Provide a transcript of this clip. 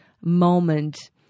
moment